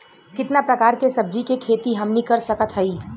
कितना प्रकार के सब्जी के खेती हमनी कर सकत हई?